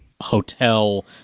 hotel